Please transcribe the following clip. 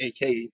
AK